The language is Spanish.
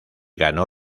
ganó